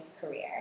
career